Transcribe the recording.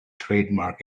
trademark